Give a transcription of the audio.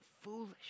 foolish